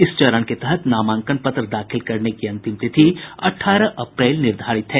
इस चरण के तहत नामांकन पत्र दाखिल करने की अंतिम तिथि अठारह अप्रैल निर्धारित है